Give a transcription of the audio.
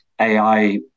AI